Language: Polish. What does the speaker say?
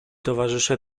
towarzysze